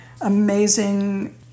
amazing